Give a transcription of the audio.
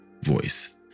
voice